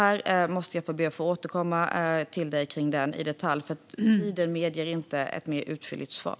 Jag måste be om att få återkomma till dig om detta i detalj, för tiden medger inte ett mer utförligt svar.